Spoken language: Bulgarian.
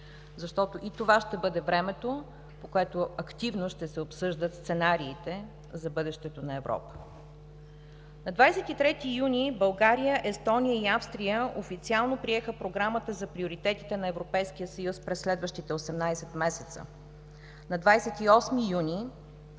защото това ще бъде времето, по което активно ще се обсъждат сценариите за бъдещето на Европа. На 23 юни България, Естония и Австрия официално приеха Програмата за приоритетите на Европейския съюз през следващите 18 месеца. На 28 юни